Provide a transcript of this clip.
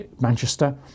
Manchester